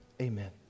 amen